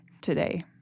today